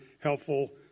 helpful